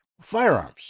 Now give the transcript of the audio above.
firearms